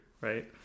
Right